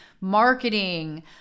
marketing